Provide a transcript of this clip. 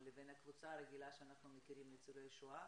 לבין הקבוצה הרגילה שאנחנו מכירים כניצולי שואה